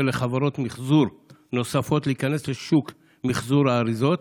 לחברות מחזור נוספות להיכנס לשוק מחזור האריזות?